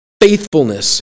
faithfulness